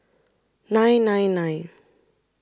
nine nine nine